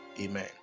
Amen